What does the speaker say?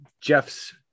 jeff's